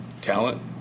talent